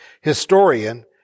historian